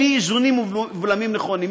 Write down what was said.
בלי איזונים ובלמים נכונים,